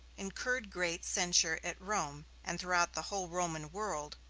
incurred great censure at rome, and throughout the whole roman world,